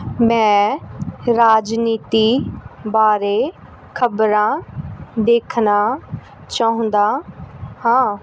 ਮੈਂ ਰਾਜਨੀਤੀ ਬਾਰੇ ਖ਼ਬਰਾਂ ਦੇਖਣਾ ਚਾਹੁੰਦਾ ਹਾਂ